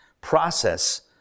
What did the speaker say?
process